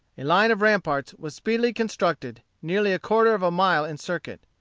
a line of ramparts was speedily constructed, nearly a quarter of a mile in circuit.